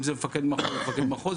אם זה מפקד מחוז מפקד מחוז,